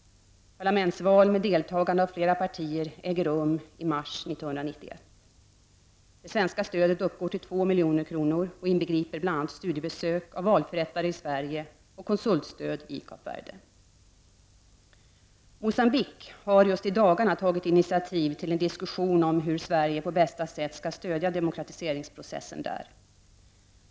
Parlamentsval, med deltagande av flera partier, äger rum i mars 1991. Det svenska stödet uppgår till 2 milj.kr. och inbegriper bl.a. studiebesök av valförrättare i Sverige och konsultstöd i Kap Verde. Moçambique har, just i dagarna, tagit initiativ till en diskussion om hur Sverige på bästa sätt kan stödja demokratiseringsprocessen där.